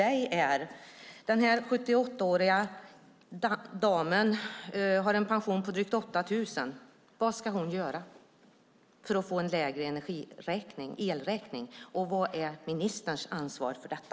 Hon har en pension på drygt 8 000, och min fråga till ministern är: Vad ska hon göra för att få en lägre elräkning och vad är ministerns ansvar för detta?